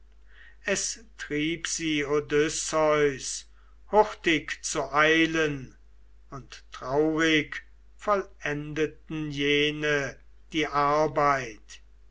es trieb sie odysseus hurtig zu eilen und traurig vollendeten jene die arbeit